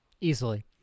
easily